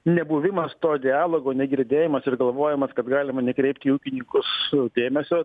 nebuvimas to dialogo negirdėjimas ir galvojimas kad galima nekreipti į ūkininkus dėmesio